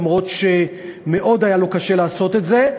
אף-על-פי שמאוד היה לו קשה לעשות את זה,